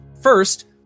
first